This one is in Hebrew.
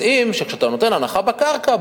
מתאים שכשאתה נותן הנחה בקרקע,